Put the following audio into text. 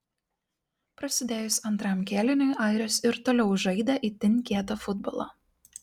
prasidėjus antram kėliniui airės ir toliau žaidė itin kietą futbolą